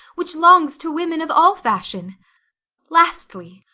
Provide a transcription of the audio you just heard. which longs to women of all fashion lastly,